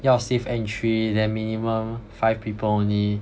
要 safe entry then minimum five people only